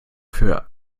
für